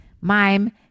mime